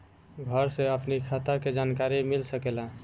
घर से अपनी खाता के जानकारी मिल सकेला?